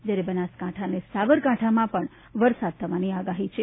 જ્યારે બનાસકાંઠા અને સાબરકાંઠામાં પજ્ઞ વરસાદ થવાની આગાહી છે